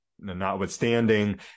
notwithstanding